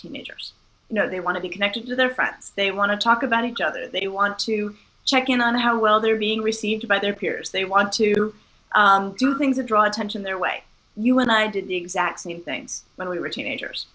teenagers you know they want to be connected to their friends they want to talk about each other they want to check in on how well they're being received by their peers they want to do things that draw attention their way you and i did the exact same things when we